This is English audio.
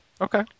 okay